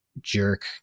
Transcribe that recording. jerk